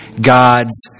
God's